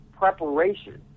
preparation